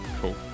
cool